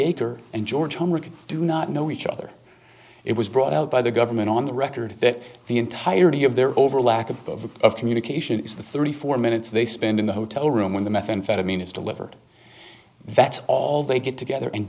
acre and george homework do not know each other it was brought out by the government on the record that the entirety of their over lack of communication is the thirty four minutes they spend in the hotel room when the methamphetamine is delivered that's all they get together and